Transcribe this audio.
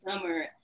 summer